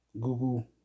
Google